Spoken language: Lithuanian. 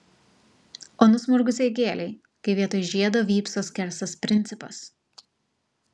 o nusmurgusiai gėlei kai vietoj žiedo vypso skersas principas